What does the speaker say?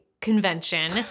convention